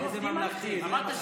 זה ממלכתי.